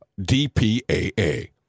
DPAA